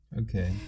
Okay